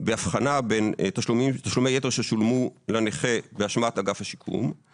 בהבחנה בין תשלומי יתר ששולמו לנכה באשמת אגף השיקום;